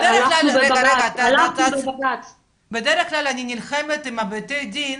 רגע, בדרך כלל אני נלחמת עם בתי הדין